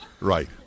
Right